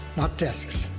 not desks.